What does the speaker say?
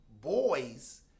boys